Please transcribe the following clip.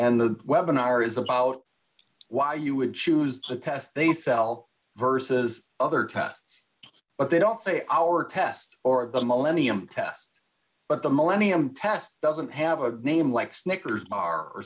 and the webinars about why you would choose the tests they sell versus other tests but they don't say our test or the millennium test but the millennium test doesn't have a name like snickers bar or